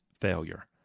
failure